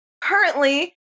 currently